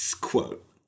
quote